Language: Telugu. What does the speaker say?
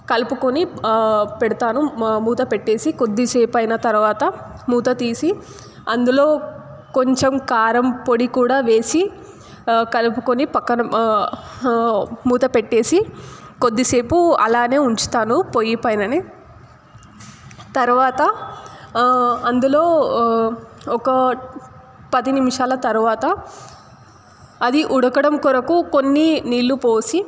కలుపుకొని పెడతాను మూత పెట్టేసి కొద్దిసేపు అయిన తర్వాత మూత తీసి అందులో కొంచెం కారం పొడి కూడా వేసి కలుపుకొని పక్కన మూత పెట్టేసి కొద్దిసేపు అలానే పెడతాను పోయి పైననే తర్వాత అందులో ఒక పది నిమిషాల తర్వాత అది ఉడకడం కొరకు కొన్ని నీళ్లు పోసి